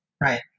Right